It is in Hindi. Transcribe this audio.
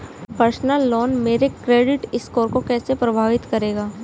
पर्सनल लोन मेरे क्रेडिट स्कोर को कैसे प्रभावित करेगा?